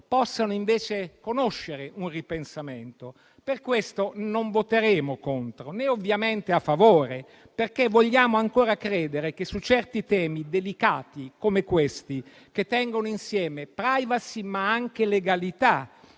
possano invece conoscere un ripensamento. Per questo motivo, non voteremo contro né ovviamente a favore, perché vogliamo ancora credere che su certi temi delicati come questi, che tengono insieme *privacy*, ma anche legalità,